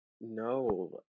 No